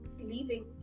leaving